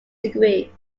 degree